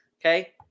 Okay